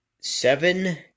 seven